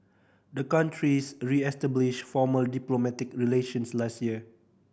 the countries reestablished formal diplomatic relations last year